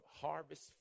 harvest